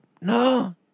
no